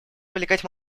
вовлекать